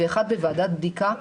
ואחד בוועדת בדיקה,